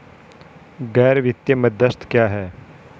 गैर वित्तीय मध्यस्थ क्या हैं?